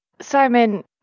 Simon